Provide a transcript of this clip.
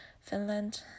Finland